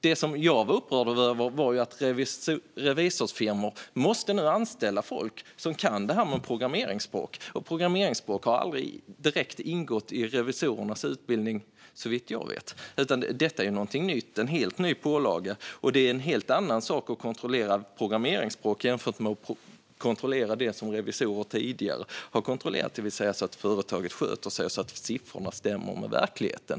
Det som jag var upprörd över var att revisionsfirmor nu måste anställa folk som kan programmeringsspråk, vilket aldrig direkt har ingått i revisorernas utbildning, såvitt jag vet. Det är något nytt - en helt ny pålaga. Det är en helt annan sak att kontrollera programmeringsspråk än att kontrollera det som revisorer tidigare har kontrollerat, det vill säga att företag sköter sig och att siffrorna stämmer med verkligheten.